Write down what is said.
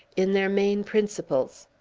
in their main principles.